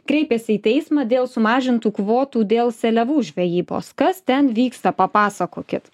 kreipėsi į teismą dėl sumažintų kvotų dėl seliavų žvejybos kas ten vyksta papasakokit